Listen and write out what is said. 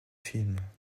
films